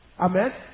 Amen